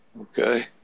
Okay